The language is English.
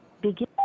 Begin